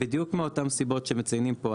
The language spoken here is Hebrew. בדיוק מאותן סיבות שמציינים פה.